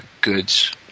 goods